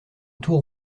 tour